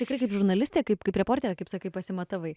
tikrai kaip žurnalistė kaip kaip reporterė kaip sakai pasimatavai